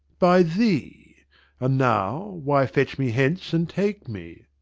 by thee and now why fetch me hence and take me?